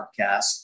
podcast